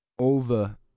over